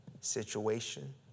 Situation